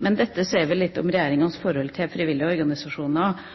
Dette sier vel litt om regjeringas forhold til frivillige organisasjoner